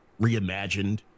reimagined